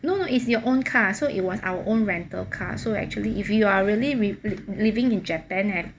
no is your own car so it was our own rental car so actually if you are really liv~ liv~ living in japan eh